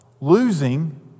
losing